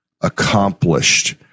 accomplished